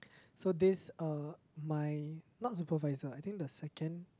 so this uh my not supervisor I think the second